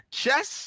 chess